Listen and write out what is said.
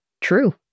True